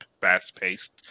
fast-paced